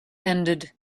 ended